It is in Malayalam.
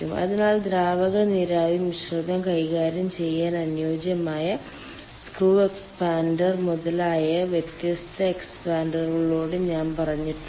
അതിനാൽ ദ്രാവക നീരാവി മിശ്രിതം കൈകാര്യം ചെയ്യാൻ അനുയോജ്യമായ സ്ക്രൂ എക്സ്പാൻഡർ മുതലായവ വ്യത്യസ്ത എക്സ്പാൻഡറുകളോട് ഞാൻ പറഞ്ഞിട്ടുണ്ട്